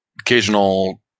occasional